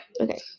Okay